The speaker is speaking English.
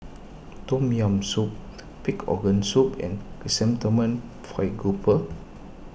Tom Yam Soup Pig's Organ Soup and Chrysanthemum Fried Grouper